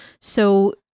So-